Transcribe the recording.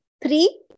Three